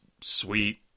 sweet